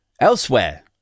Elsewhere